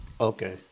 Okay